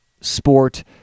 sport